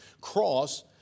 cross